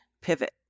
pivot